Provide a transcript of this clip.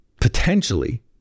potentially